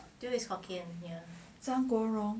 zhang guo rong